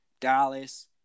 Dallas